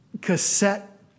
cassette